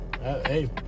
hey